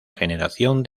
generación